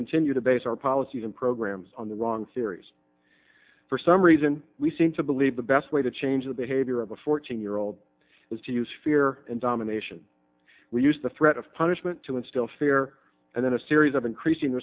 continue to base our policies and programs on the wrong theories for some reason we seem to believe the best way to change the behavior of a fourteen year old is to use fear and domination we use the threat of punishment to instill fear and then a series of increasing